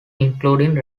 including